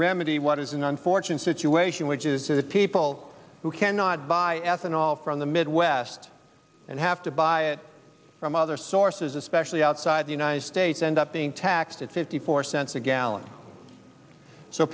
remedy what is an unfortunate situation which is that people who cannot buy ethanol from the midwest and have to buy it from other sources especially outside the united states end up being taxed at fifty four cents a gallon so